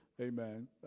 Amen